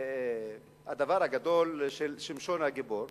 הדבר הגדול של שמשון הגיבור?